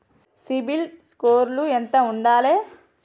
CIBIL score ఎంత ఉండాలే?